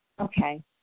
Okay